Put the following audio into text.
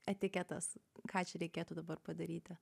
etiketas ką čia reikėtų dabar padaryti